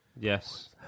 Yes